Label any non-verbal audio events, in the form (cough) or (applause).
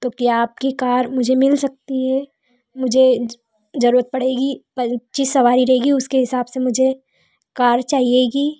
तो क्या आपकी कार मुझे मिल सकती हे मुझे ज़रूरत पड़ेगी (unintelligible) जिस सवारी रहेगी उसके हिसाब से मुझे कार चाहिएगी